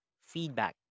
feedback